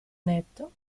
netto